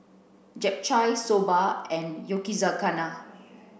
Japchae Soba and Yakizakana